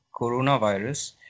coronavirus